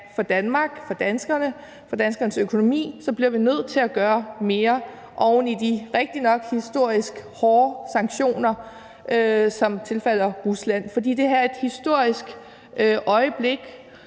for Danmark, for danskerne og for danskernes økonomi, så bliver vi nødt til at gøre mere oven på de rigtignok historisk hårde sanktioner, som er pålagt Rusland. Det her er et historisk øjeblik,